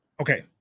okay